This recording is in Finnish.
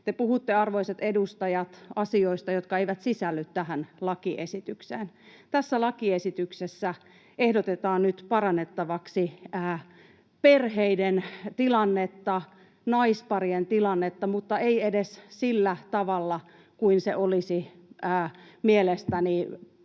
Te puhutte, arvoisat edustajat, asioista, jotka eivät sisälly tähän lakiesitykseen. Tässä lakiesityksessä ehdotetaan nyt parannettavaksi perheiden tilannetta, naisparien tilannetta, mutta ei edes sillä tavalla kuin se olisi mielestäni